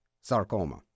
Sarcoma